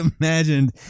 imagined